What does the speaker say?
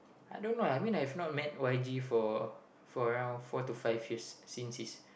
I don't know I mean I've not met Y J for for around four to five years since his